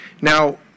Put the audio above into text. Now